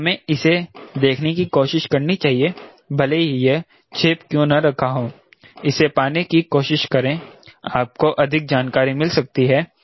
तो हमें इसे देखने की कोशिश करनी चाहिए भले ही यह छिप क्यों ना रखा हो इसे पाने की कोशिश करें आपको अधिक जानकारी मिल सकती है